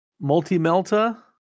multi-melta